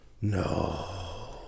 No